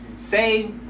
Say